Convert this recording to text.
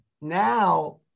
now